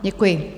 Děkuji.